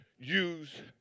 use